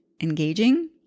engaging